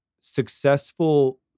successful